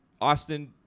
Austin